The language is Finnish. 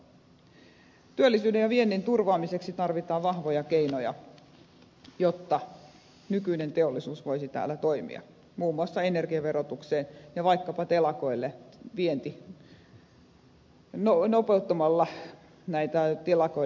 työllisyyden ja viennin turvaamiseksi tarvitaan vahvoja keinoja jotta nykyinen teollisuus voisi täällä toimia muun muassa energiaverotukseen ja vaikkapa telakoille nopeuttamalla telakoiden tilauksia